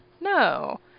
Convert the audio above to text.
no